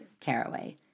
Caraway